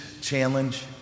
challenge